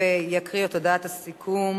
ויקריא את הודעת הסיכום